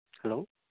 hello